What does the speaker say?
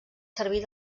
servir